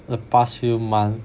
the past few month